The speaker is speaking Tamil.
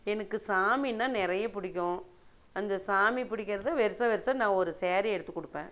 எனக்கு சாமின்னால் நிறைய பிடிக்கும் அந்த சாமி பிடிக்கிறது வருசா வருஷம் நான் ஒரு ஸாரி எடுத்து கொடுப்பேன்